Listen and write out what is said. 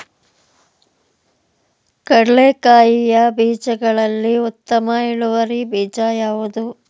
ಕಡ್ಲೆಕಾಯಿಯ ಬೀಜಗಳಲ್ಲಿ ಉತ್ತಮ ಇಳುವರಿ ಬೀಜ ಯಾವುದು?